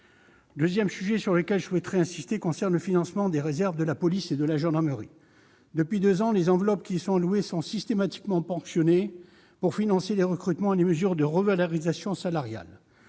Le deuxième sujet concerne le financement des réserves de la police et de la gendarmerie. Depuis deux ans, les enveloppes qui leur sont allouées sont systématiquement ponctionnées, pour financer les recrutements et les mesures de revalorisation salariale.